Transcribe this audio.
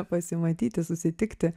pasimatyti susitikti